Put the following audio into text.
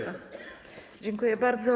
Dziękuję bardzo.